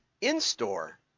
in-store